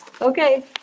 Okay